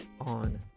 on